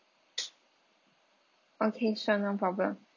okay sure no problem